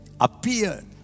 appeared